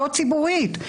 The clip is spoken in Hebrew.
לא ציבורית,